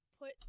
Put